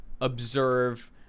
observe